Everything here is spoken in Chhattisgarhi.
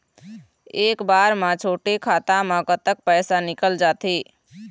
एक बार म छोटे खाता म कतक पैसा निकल जाथे?